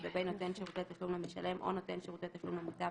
לגבי נותן שירותי תשלום למשלם או נותן שירותי תשלום למוטב,